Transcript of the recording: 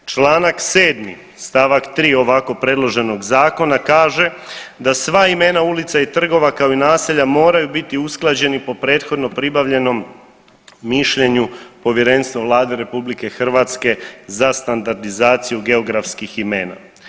Čl. 7. st. 3. ovako predloženog zakona kaže da sva imena ulica i trgova kao i naselja moraju biti usklađeni po prethodno pribavljenom mišljenju Povjerenstva Vlade RH za standardizaciju geografskih imena.